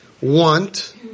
want